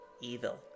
Evil